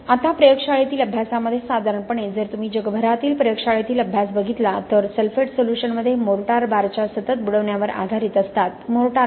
आता प्रयोगशाळेतील अभ्यासामध्ये साधारणपणे जर तुम्ही जगभरातील प्रयोगशाळेतील अभ्यास बघितले तर ते सल्फेट सोल्युशनमध्ये मोर्टार बारच्या सतत बुडविण्यावर आधारित असतात मोर्टार का